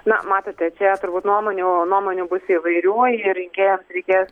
na matote čia turbūt nuomonių nuomonių bus įvairių ir rinkėjams reikės